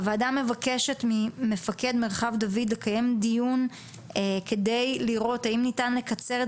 הוועדה מבקשת ממפקד מרחב דוד לקיים דיון כדי לראות האם ניתן לקצר את